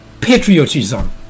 patriotism